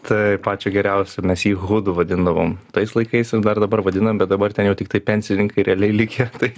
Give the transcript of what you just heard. taip pačio geriausio mes jį hudu vadindavom tais laikais ir dar dabar vadinam bet dabar ten jau tiktai pensininkai realiai likę tai